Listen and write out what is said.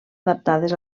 adaptades